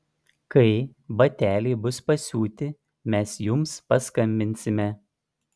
kai bateliai bus pasiūti mes jums paskambinsime